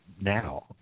now